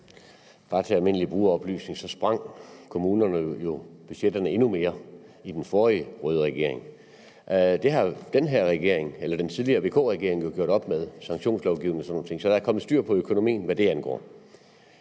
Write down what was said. Bare til almindelig brugeroplysning: Kommunerne sprængte jo budgetterne endnu mere under den forrige røde regering. Det har den tidligere VK-regering jo gjort op med – med sanktionslovgivning og sådan nogle ting – så der er kommet styr på økonomien, hvad det angår.